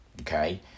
okay